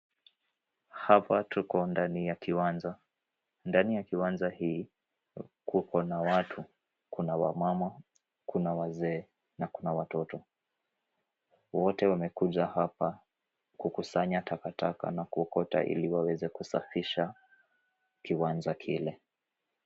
Hapa tuko ndani ya kiwanja hii , ndani ya kiwanja hii kukona watu. Kuna wamama, kuna wazee na kuna watoto. Wote wamekuja hapa kukusanya takataka na kuokota ili waweze kusafisha kiwanja kile.